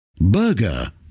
Burger